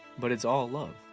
but it's all love.